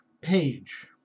Page